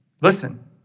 Listen